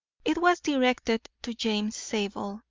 it was directed to james zabel,